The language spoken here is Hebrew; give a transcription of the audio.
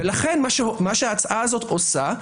לכן מה שההצעה הזו עושה,